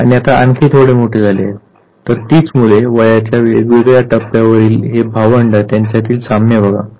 आणि आता ते आणखी थोडे मोठे झाले आहेत तर तीच मुले वयाच्या वेगवेगळ्या टप्प्यावरील हे भावंड त्यांच्यातील साम्य बघा